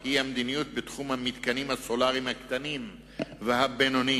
היא המדיניות בתחום המתקנים הסולריים הקטנים והבינוניים,